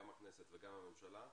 גם הכנסת וגם הממשלה,